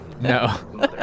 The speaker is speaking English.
no